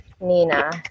Nina